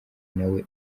nawe